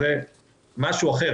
זה משהו אחר,